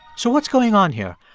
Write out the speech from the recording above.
so what's going on here?